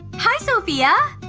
hi, sophia!